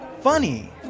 Funny